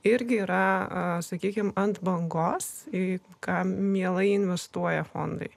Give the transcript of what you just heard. irgi yra sakykime ant bangos į ką mielai investuoja fondai